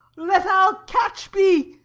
let our catch be,